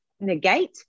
negate